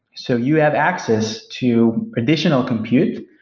so you have access to traditional compute.